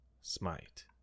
Smite